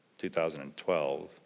2012